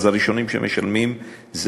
אז הראשונים שמשלמים הם